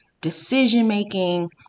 decision-making